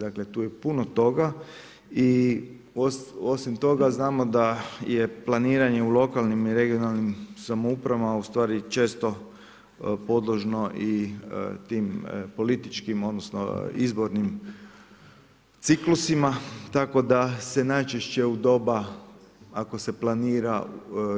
Dakle tu je puno toga i osim toga znamo da je planiranje u lokalnim i regionalnim samoupravama ustvari često podložno i tim političkim odnosno izbornim ciklusima tako da se najčešće u doba ako se planira